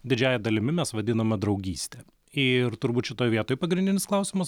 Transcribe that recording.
didžiąja dalimi mes vadiname draugyste ir turbūt šitoj vietoj pagrindinis klausimas